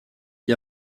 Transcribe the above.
qui